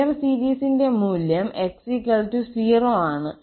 Fourier സീരീസിന്റെ മൂല്യം 𝑥 0 ആണ്